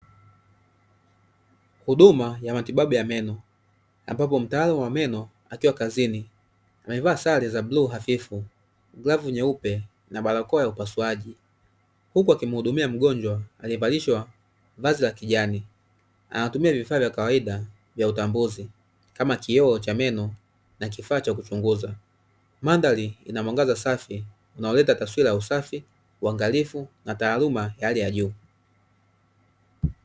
Huduma ya matibabu ya meno ambapo mtaalamu wa meno akiwa kazini amevaa sare za bluu hafifu ,glavu nyeupe na barakoa ya upasuaji huku akimhudumia mgonjwa aliyevalishwa vazi la kijani anatumia vifaa vya kawaida vya utambuzi kama kioo cha meno na kifaa cha kuchunguza madhari ina mwangaza safi unaoleta taswira ya usafi ,uangalifu na taaluma ya hali ya juu.